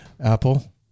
Apple